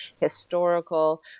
historical